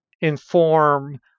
inform